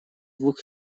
двух